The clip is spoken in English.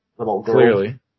Clearly